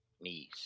Knees